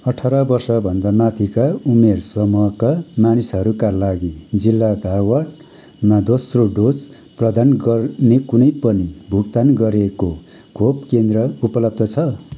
अठार वर्ष भन्दा माथिका उमेर समूहका मानिसहरूका लागि जिल्ला धारवाडमा दोस्रो डोज प्रदान गर्ने कुनै पनि भुक्तान गरिएको खोप केन्द्र उपलब्ध छ